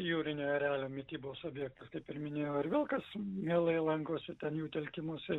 jūrinių erelių mitybos objektas kaip ir minėjau ir vilkas mielai lankosi ten jų telkimosi